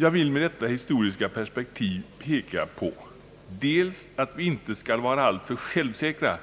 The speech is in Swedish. Jag vill med detta historiska perspektiv peka dels på att vi inte skall vara alltför säkra om